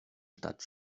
stadt